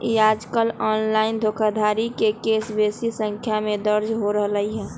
याजकाल ऑनलाइन धोखाधड़ी के केस बेशी संख्या में दर्ज हो रहल हइ